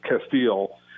Castile